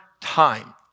time